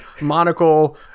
monocle